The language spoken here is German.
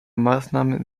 maßnahmen